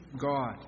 God